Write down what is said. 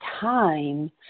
time